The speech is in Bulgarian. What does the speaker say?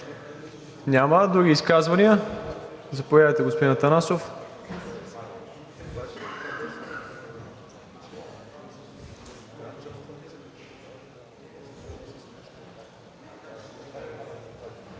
Няма. Други изказвания? Заповядайте, господин Атанасов.